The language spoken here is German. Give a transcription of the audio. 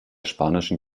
spanischen